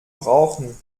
brauchen